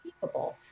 capable